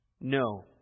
No